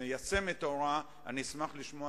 ולכן הוא קובע שאף שלדעת